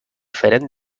feren